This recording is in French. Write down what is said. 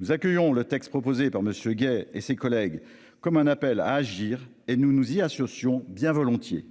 Nous accueillons le texte proposé par Monsieur et ses collègues comme un appel à agir et nous nous y associons bien volontiers.